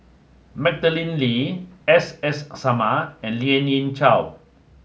Madeleine Lee S S Sarma and Lien Ying Chow